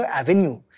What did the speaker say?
avenue